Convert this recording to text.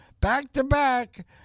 back-to-back